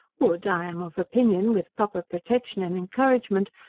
would, i am of opinion, with proper protection and encouragement,